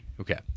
Okay